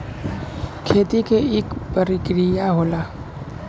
खेती के इक परिकिरिया होला